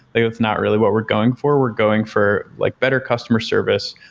it's not really what we're going for. we're going for like better customer service,